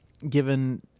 Given